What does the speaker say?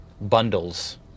...bundles